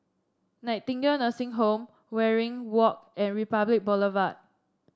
Nightingale Nursing Home Waringin Walk and Republic Boulevard